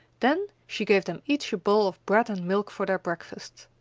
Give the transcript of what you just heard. then she gave them each a bowl of bread and milk for their breakfast.